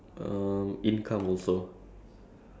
it's like I'm not if don't have to work